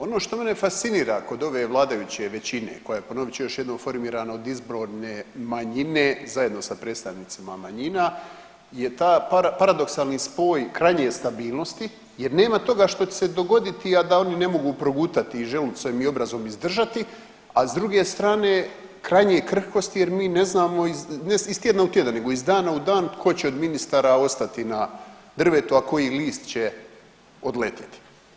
Ono što mene fascinira kod ove vladajuće većine koja je ponovit ću još jednom formirana od izborne manjine zajedno sa predstavnicima manjina je ta paradoksalni spoj krajnje stabilnosti jer nema toga što će se dogoditi a da oni ne mogu progutati želucem i obrazom izdržati, a s druge strane krajnje krhkosti jer mi ne znamo iz, ne iz tjedna u tjedan, nego iz dana u dan tko će od ministara ostati na drvetu, a koji list će odletiti.